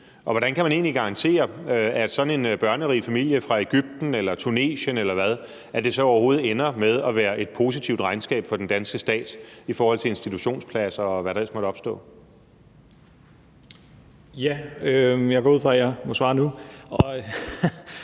hvordan kan man egentlig garantere, at det med sådan en børnerig familie fra Egypten eller Tunesien overhovedet ender med at være et positivt regnskab for den danske stat i forhold til institutionspladser, og hvad der ellers måtte opstå? Kl. 13:33 Rasmus Stoklund (S): Ja